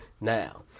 now